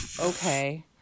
okay